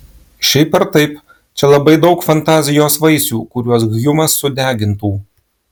šiaip ar taip čia labai daug fantazijos vaisių kuriuos hjumas sudegintų